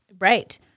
Right